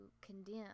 condemn